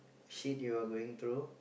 shit you're going through